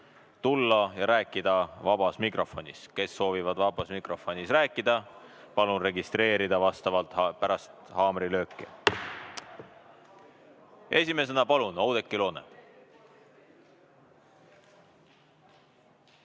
tulla ja rääkida vabas mikrofonis. Kes soovivad vabas mikrofonis rääkida, palun end registreerida pärast haamrilööki. Esimesena, palun, Oudekki Loone!